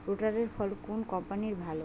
রোটারের ফল কোন কম্পানির ভালো?